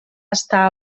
està